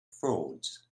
frauds